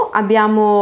abbiamo